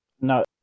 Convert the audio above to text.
No